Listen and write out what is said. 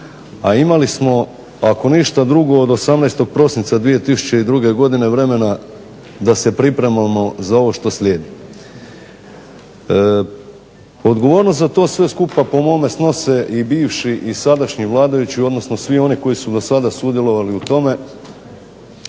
a imali smo ako ništa drugo od 18. prosinca 2002. godine vremena da se pripremamo za ovo što slijedi. Odgovornost za to sve skupa po mome snose i bivši i sadašnji vladajući, odnosno svi oni koji su dosada sudjelovali u tome.